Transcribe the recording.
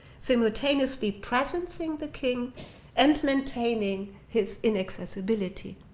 simultaneously presencing the king and maintaining his inaccessibility.